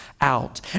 out